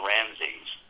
Ramses